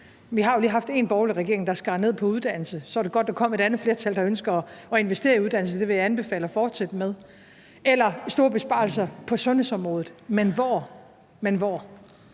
Vi har jo lige haft en borgerlig regering, der skar ned på uddannelse. Så var det godt, der kom et andet flertal, der ønsker at investere i uddannelse. Det vil jeg anbefale at fortsætte med. Det kunne også være store besparelser på sundhedsområdet. Men hvor? Kl. 14:04